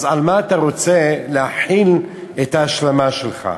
אז על מה אתה רוצה להחיל את ההשלמה שלך?